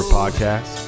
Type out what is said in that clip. podcast